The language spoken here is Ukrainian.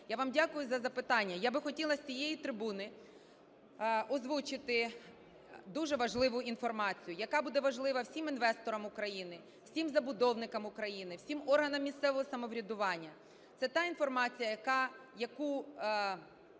Я вам дякую за запитання. Я би хотіла з цієї трибуни озвучити дуже важливу інформацію, яка буде важлива всім інвесторам України, всім забудовникам України, всім органам місцевого самоврядування. Це та інформація, яку